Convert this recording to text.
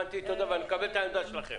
אני מקבל את העמדה שלכם.